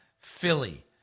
Philly